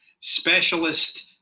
specialist